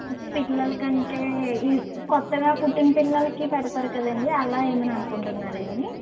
పిల్లలకి అంటే ఈ కొత్తగా పుట్టిన పిల్లలికి పెడతారు కదండి అలా ఏమైనా అనుకుంటున్నారాండి